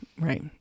right